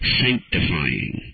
sanctifying